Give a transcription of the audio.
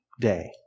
day